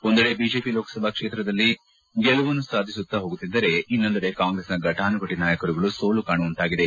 ಒಂದೆಡೆ ಬಿಜೆಪಿ ಲೋಕಸಭಾ ಕ್ಷೇತ್ರಗಳಲ್ಲಿ ಗೆಲುವನ್ನು ಸಾಧಿಸುತ್ತಾ ಹೋಗುತ್ತಿದ್ದರೆ ಇನ್ನೊಂದೆಡೆ ಕಾಂಗ್ರೆಸ್ನ ಫಟಾನುಫಟ ನಾಯಕರುಗಳು ಸೋಲು ಕಾಣುವಂತಾಗಿದೆ